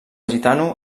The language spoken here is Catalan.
gitano